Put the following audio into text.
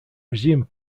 resumed